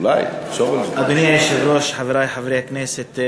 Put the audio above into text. אדוני היושב-ראש, חברי חברי הכנסת,